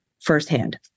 firsthand